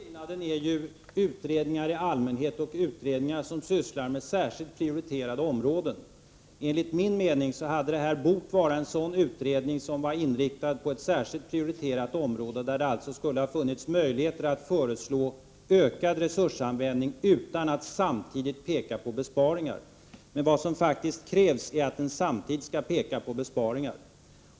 Herr talman! Den avgörande skillnaden gäller ju utredningar i allmänhet och utredningar som sysslar med särskilt prioriterade områden. Enligt min mening hade handikapputredningen bort vara en utredning inriktad på ett särskilt prioriterat område, där det alltså skulle ha funnits möjligheter att föreslå ökad resursanvändning utan att samtidigt peka på besparingar, men vad som faktiskt krävs är att den samtidigt skall föreslå besparingar.